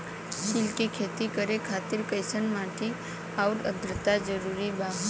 तिल के खेती करे खातिर कइसन माटी आउर आद्रता जरूरी बा?